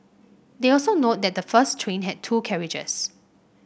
they also note that the first train had two carriages